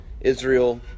Israel